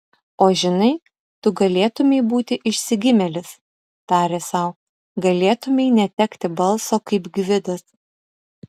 o žinai tu galėtumei būti išsigimėlis tarė sau galėtumei netekti balso kaip gvidas